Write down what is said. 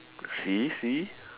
see see